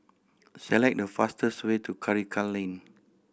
select the fastest way to Karikal Lane